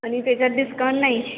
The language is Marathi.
आणि त्याच्यात डिस्काउंट नाही